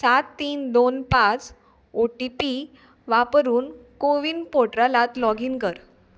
सात तीन दोन पांच ओ टी पी वापरून कोविन पोर्टलांत लॉगीन कर